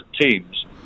teams